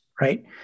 right